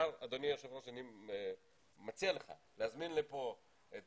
אדוני היושב-ראש, אני מציע לך להזמין לפה את